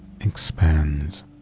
expands